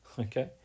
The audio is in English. okay